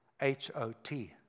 H-O-T